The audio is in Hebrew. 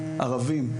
ערבים,